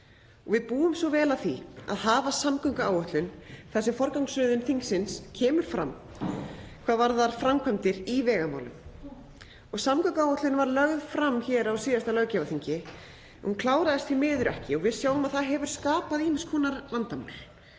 Við búum svo vel að því að hafa samgönguáætlun þar sem forgangsröðun þingsins kemur fram hvað varðar framkvæmdir í vegamálum. Samgönguáætlun var lögð fram hér á síðasta löggjafarþingi. Hún kláraðist því miður ekki og við sjáum að það hefur skapað ýmiss konar vandamál.